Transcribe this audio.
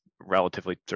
relatively